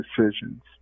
decisions